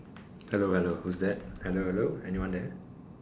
hello hello who's that hello hello anyone there